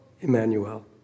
Emmanuel